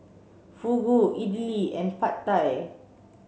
Fugu Idili and Pad Thai